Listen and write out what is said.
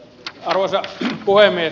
arvoisa puhemies